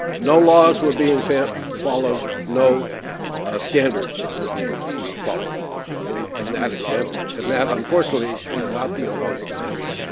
no laws were being followed, no standards were being followed in in that example. and that, unfortunately, is not the only example.